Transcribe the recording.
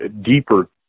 deeper